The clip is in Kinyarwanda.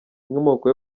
inkomoko